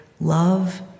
love